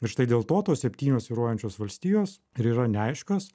ir štai dėl to tos septynios svyruojančios valstijos ir yra neaiškios